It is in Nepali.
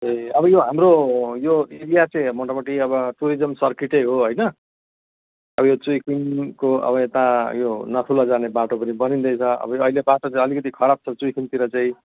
ए अब यो हाम्रो यो एरिया चाहिँ मोटामोटी अब टुरिज्म सर्किटै हो होइन अब यो चुइखिमको अब यता यो नथुला जाने बाटो पनि बनिँदैछ अब यो अहिले बाटो चाहिँ अलिकति खराब छ चुइखिमतिर चाहिँ